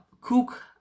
cook